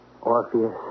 Orpheus